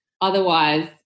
Otherwise